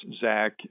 Zach